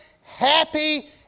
happy